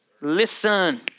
Listen